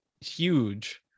huge